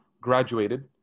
graduated